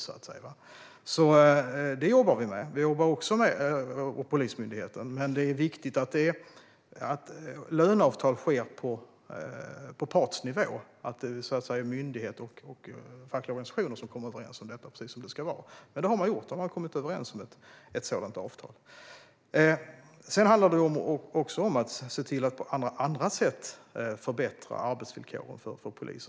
Detta jobbar vi och Polismyndigheten med. Det är dock viktigt att löneavtal sker på partsnivå och att det är myndigheter och fackliga organisationer som kommer överens om detta, precis som det ska vara. Och det har man gjort; man har kommit överens om ett sådant avtal. Det handlar också om att se till att på alla andra sätt förbättra arbetsvillkoren för polisen.